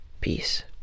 peace